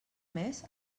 més